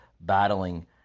battling